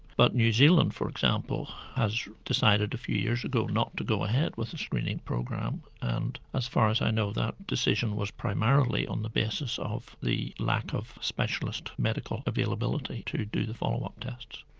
but new zealand for example has decided a few years ago not to go ahead with the screening program. and as far as i know that decision was primarily on the basis of the lack of specialist medical availability to do the follow-up tests.